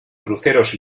cruceros